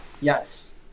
Yes